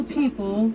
people